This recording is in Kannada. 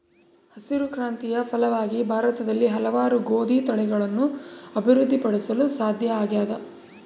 ಹಸಿರು ಕ್ರಾಂತಿಯ ಫಲವಾಗಿ ಭಾರತದಲ್ಲಿ ಹಲವಾರು ಗೋದಿ ತಳಿಗಳನ್ನು ಅಭಿವೃದ್ಧಿ ಪಡಿಸಲು ಸಾಧ್ಯ ಆಗ್ಯದ